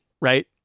right